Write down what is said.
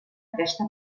aquesta